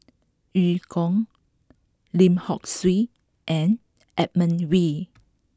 Eu Kong Lim Hock Siew and Edmund Wee